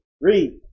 Read